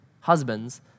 Husbands